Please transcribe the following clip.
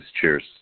Cheers